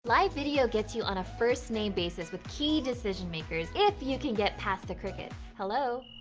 live video gets you on a first name basis with key decision makers if you can get past the crickets. hello,